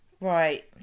right